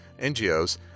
NGOs